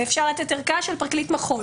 של פרקליט מחוז